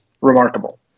remarkable